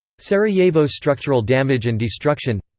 sarajevo structural damage and destruction